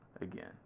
again